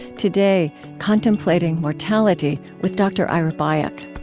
today, contemplating mortality, with dr. ira byock